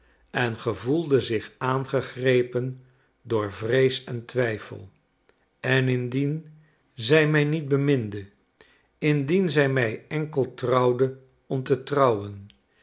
en gevoelde zich aangegrepen door vrees en twijfel en indien zij mij niet beminde indien zij mij enkel trouwde om te trouwen